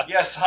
Yes